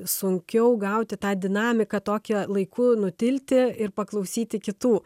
sunkiau gauti tą dinamiką tokią laiku nutilti ir paklausyti kitų